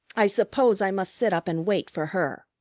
i suppose i must sit up and wait for her.